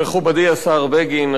מכובדי השר בגין,